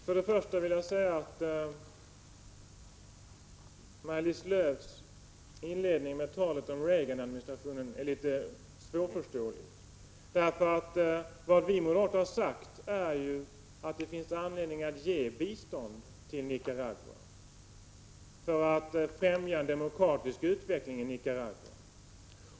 Herr talman! Maj-Lis Lööws inledning med talet om Reaganadministrationen är litet svårförståelig. Vad vi moderater har sagt är ju att det finns anledning att ge bistånd till Nicaragua för att främja en demokratisk utveckling.